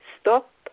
stop